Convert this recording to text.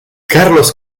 carlos